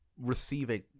receiving